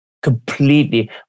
Completely